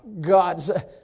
God